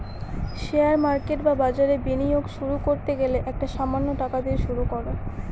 share market বা বাজারে বিনিয়োগ শুরু করতে গেলে একটা সামান্য টাকা দিয়ে শুরু করো